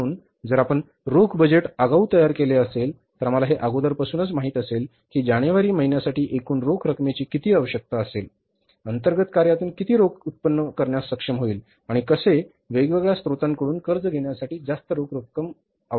म्हणून जर आपण रोख बजेट आगाऊ तयार केले असेल तर आम्हाला हे अगोदरच माहित असेल की जानेवारी महिन्यासाठी एकूण रोख रकमेची किती आवश्यकता असेल अंतर्गत कार्यातून किती रोख उत्पन्न करण्यात सक्षम होईल आणि कसे वेगवेगळ्या स्त्रोतांकडून कर्ज घेण्यासाठी जास्त रोख रक्कम आवश्यक असेल